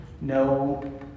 No